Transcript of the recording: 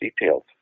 details